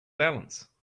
balance